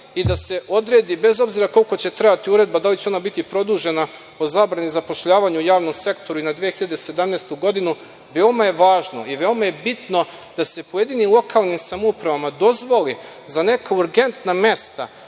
i da se odredi, bez obzira koliko će trajati uredba, da li će ona biti produžena o zabrani zapošljavanja u javnom sektoru i na 2017. godinu, veoma je važno i veoma je bitno da se pojedinim lokalnim samoupravama dozvoli za neka urgentna mesta